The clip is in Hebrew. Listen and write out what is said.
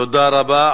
תודה רבה.